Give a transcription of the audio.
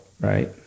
Right